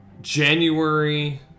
January